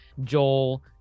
Joel